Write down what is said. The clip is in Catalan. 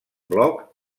bloc